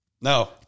No